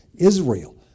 Israel